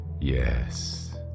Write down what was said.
Yes